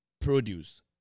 produce